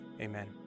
amen